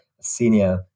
senior